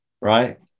right